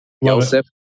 Yosef